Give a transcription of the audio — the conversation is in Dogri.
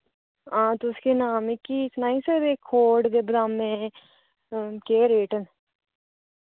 हां तुस केह् नांऽ मिकी सनाई सकदे खोड़ ते बदामें केह् रेट न